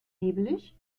nebelig